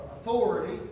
authority